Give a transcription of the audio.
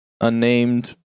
unnamed